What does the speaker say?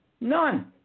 None